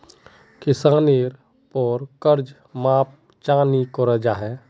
किसानेर पोर कर्ज माप चाँ नी करो जाहा?